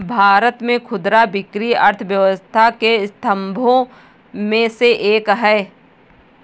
भारत में खुदरा बिक्री अर्थव्यवस्था के स्तंभों में से एक है